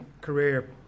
career